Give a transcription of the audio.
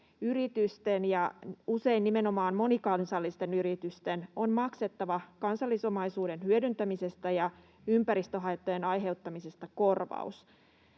Yritysten, ja usein nimenomaan monikansallisten yritysten, on maksettava kansallisomaisuuden hyödyntämisestä ja ympäristöhaittojen aiheuttamisesta korvaus.